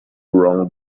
wronged